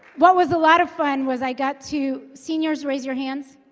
what was a lot of fun was i got to seniors raise your hands